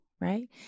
right